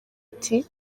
ati